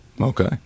Okay